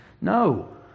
No